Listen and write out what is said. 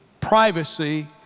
privacy